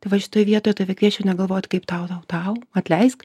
tai va šitoj vietoj tave kviesčiau negalvot kaip tau tau tau atleisk